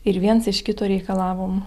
ir viens iš kito reikalavom